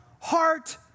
heart